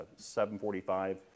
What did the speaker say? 7.45